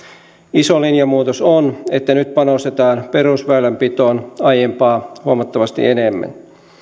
iso linjamuutos on että nyt panostetaan perusväylänpitoon aiempaa huomattavasti enemmän